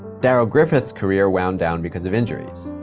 darrell griffith's career wound down because of injuries.